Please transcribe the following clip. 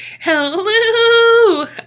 Hello